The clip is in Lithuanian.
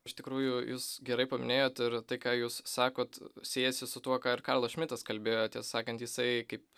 iš tikrųjų jūs gerai paminėjot ir tai ką jūs sakot siejasi su tuo ką ir karlas šmitas kalbėjo tiesa sakant jisai kaip